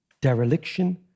dereliction